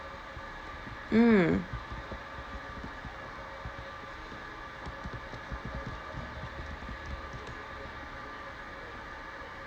mm